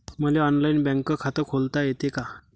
मले online bank खात खोलता येते का?